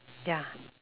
ya